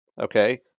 Okay